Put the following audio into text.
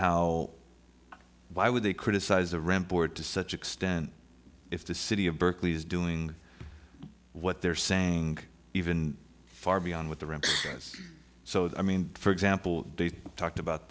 how why would they criticize a rent board to such extent if the city of berkeley is doing what they're saying even far beyond what the rent was so i mean for example they talked about